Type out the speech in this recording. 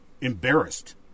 embarrassed